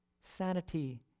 Sanity